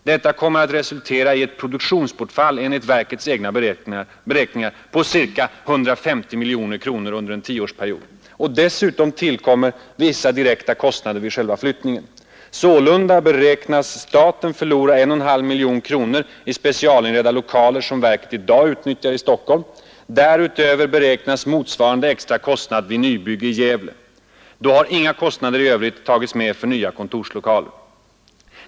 Detta kommer enligt verkets egna beräkningar att resultera i ett produktionsbortfall på ca 150 miljoner kronor under en tioårsperiod, och dessutom tillkommer vissa direkta kostnader vid själva flyttningen. Sålunda beräknas staten förlora 1,5 miljoner kronor i specialinredda lokaler som verket i dag utnyttjar — därutöver beräknas motsvarande extra kostnad vid nybygge i Gävle. Då har inga kostnader i övrigt tagits med för nya kontorslokaler.